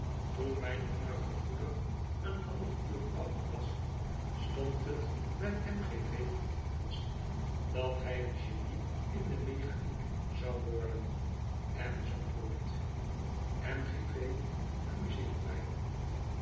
toen mijn jongere broeder een half uur oud was stond het bij m g v vast dat hij een genie in de mechaniek zou worden en zoo voort m g v amuseert mij